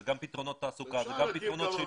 מדובר גם בפתרונות תעסוקה וגם פתרונות שילוב.